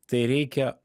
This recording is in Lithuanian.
tai reikia